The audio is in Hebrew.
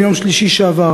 מיום שלישי שעבר,